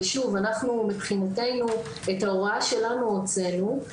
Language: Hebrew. ושוב, אנחנו מבחינתנו את ההוראה שלנו הוצאנו.